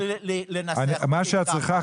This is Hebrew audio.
מה שאת צריכה,